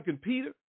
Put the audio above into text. Peter